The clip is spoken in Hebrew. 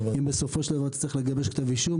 היא בסופו של דבר תצטרך לגבש כתב אישום.